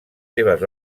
seves